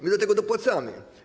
My do tego odpłacamy.